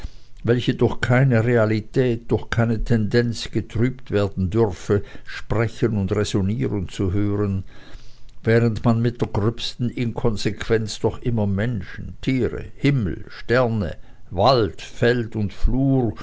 welche durch keine realität durch keine tendenz getrübt werden dürfe sprechen und räsonieren zu hören während man mit der gröbsten inkonsequenz doch immer menschen tiere himmel sterne wald feld und flur